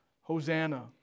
Hosanna